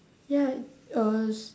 ya uh s~